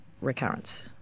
recurrence